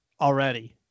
already